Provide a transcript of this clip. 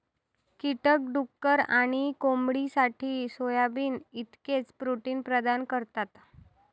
कीटक डुक्कर आणि कोंबडीसाठी सोयाबीन इतकेच प्रोटीन प्रदान करतात